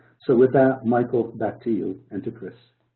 so, with that, michael back to you and to chris.